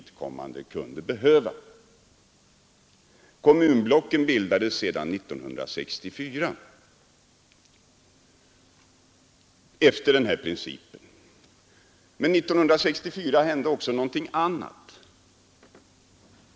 Kommunblocken bildades sedan 1963 och 1964 enligt den här principen. Men 1964 hände också någonting annat.